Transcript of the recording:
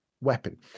weapon